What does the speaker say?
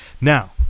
Now